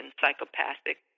psychopathic